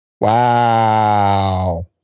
Wow